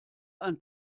ein